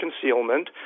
concealment